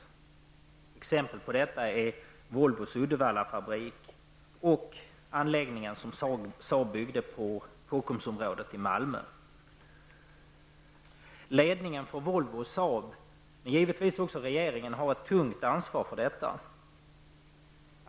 Ett exempel på detta var Ledningarna för Volvo och Saab, men givetvis också för regeringen, har ett tungt ansvar för detta.